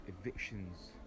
evictions